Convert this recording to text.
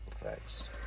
Facts